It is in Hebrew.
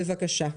בבקשה.